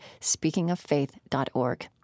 speakingoffaith.org